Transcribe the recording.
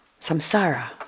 samsara